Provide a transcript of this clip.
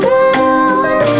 alone